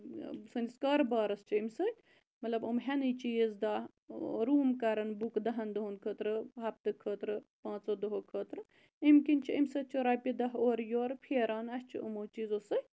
سٲنِس کاربارَس چھِ امہِ سۭتۍ مَطلَب یِم ہیٚن چیٖز دہ روٗم کَرَن بُک دَہَن دُہَن خٲطرٕ ہَفتہٕ خٲطرٕ پانٛژو دۄہو خٲطرٕ امۍ کنۍ چھِ امہِ سۭتۍ چھِ رۄپیہِ دہ اورٕ یورٕ پھیران اَسہِ چھُ یِمو چیٖزو سۭتۍ